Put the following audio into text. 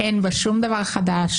אין בה שום דבר חדש.